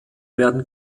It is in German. werden